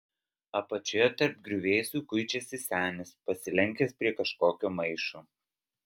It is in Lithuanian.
apačioje tarp griuvėsių kuičiasi senis pasilenkęs prie kažkokio maišo